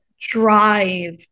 drive